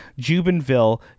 Jubenville